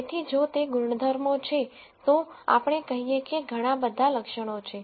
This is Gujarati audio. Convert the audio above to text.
તેથી જો તે ગુણધર્મો છે તો આપણે કહીએ કે ઘણા બધા લક્ષણો છે